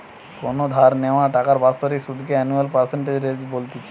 কোনো ধার নেওয়া টাকার বাৎসরিক সুধ কে অ্যানুয়াল পার্সেন্টেজ রেট বলতিছে